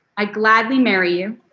i gladly marry you.